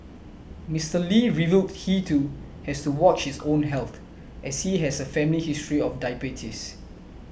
Mister Lee revealed he too has to watch his own health as he has a family history of diabetes